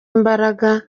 imbaraga